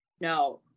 no